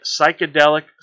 psychedelic